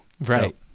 Right